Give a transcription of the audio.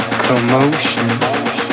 commotion